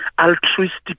Altruistic